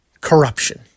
corruption